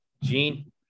Gene